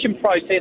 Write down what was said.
process